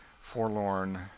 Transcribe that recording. forlorn